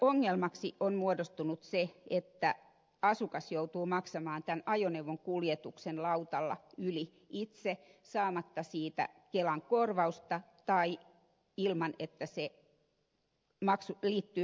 ongelmaksi on muodostunut se että asukas joutuu itse maksamaan tämän ajoneuvon kuljetuksen lautalla saamatta siitä kelan korvausta tai ilman että se kerryttää maksukattoa